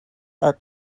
are